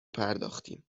پرداختیم